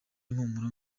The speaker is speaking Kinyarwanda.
impumuro